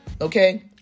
Okay